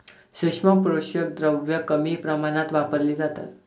सूक्ष्म पोषक द्रव्ये कमी प्रमाणात वापरली जातात